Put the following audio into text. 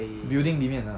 building 里面的